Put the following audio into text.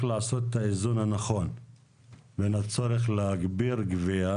לעשות את האיזון הנכון בין הצורך להגביר גבייה,